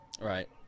Right